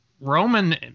Roman